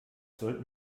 sollten